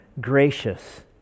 gracious